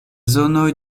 zonoj